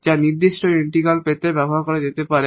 যা particular integral পেতে ব্যবহার করা যেতে পারে